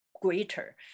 greater